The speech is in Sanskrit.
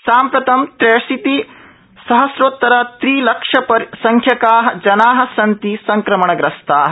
साम्प्रतं त्र्यशीति सहस्रोत्तर त्रि लक्ष संख्याका जना सन्ति संक्रमणग्रस्ताः